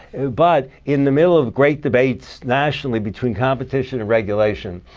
but in the middle of great debates nationally between competition and regulation,